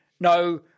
no